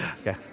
Okay